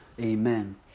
amen